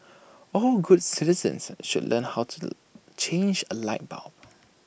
all good citizens should learn how to change A light bulb